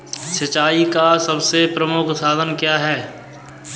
सिंचाई का सबसे प्रमुख साधन क्या है?